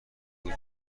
بود